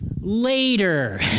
later